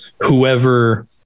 whoever